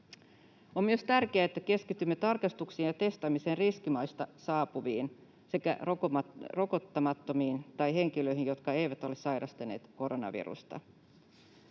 On myös tärkeää, että keskitymme tarkastuksiin ja testaamiseen riskimaista saapuviin sekä rokottamattomiin tai henkilöihin, jotka eivät ole sairastaneet koronavirusta.